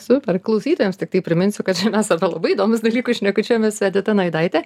super klausytojams tiktai priminsiu kad čia mes apie labai įdomius dalykus šnekučiuojamės su edita naidaite